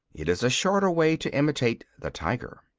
it is a shorter way to imitate the tiger.